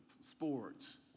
sports